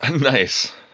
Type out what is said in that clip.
Nice